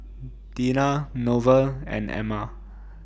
Deena Norval and Emma